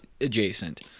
adjacent